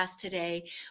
today